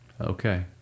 Okay